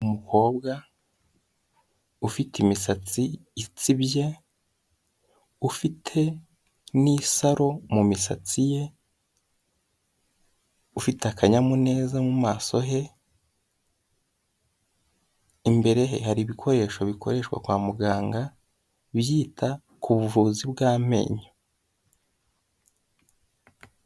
Umukobwa ufite imisatsi itsibye ufite n'isaro mu misatsi ye, ufite akanyamuneza mu maso he imbere hari ibikoresho bikoreshwa kwa muganga byita ku buvuzi bw'amenyo.